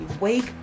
wake